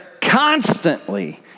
constantly